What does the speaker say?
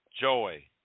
joy